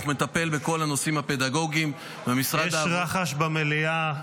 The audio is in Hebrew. מטפל בכל הנושאים הפדגוגיים --- יש רחש במליאה.